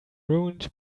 ruined